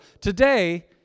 today